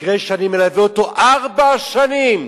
מקרה שאני מלווה אותו ארבע שנים.